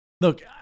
Look